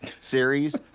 series